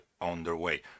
underway